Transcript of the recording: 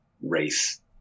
race